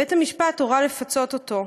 בית-המשפט הורה לפצות אותו,